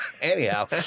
Anyhow